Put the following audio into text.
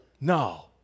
No